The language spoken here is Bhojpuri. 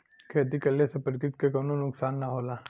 खेती कइले से प्रकृति के कउनो नुकसान ना होला